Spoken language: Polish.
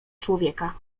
człowieka